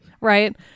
right